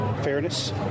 fairness